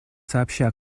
сообща